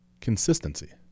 consistency